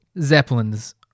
Zeppelins